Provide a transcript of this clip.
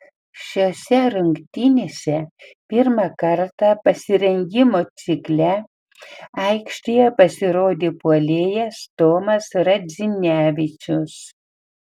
šiose rungtynėse pirmą kartą pasirengimo cikle aikštėje pasirodė puolėjas tomas radzinevičius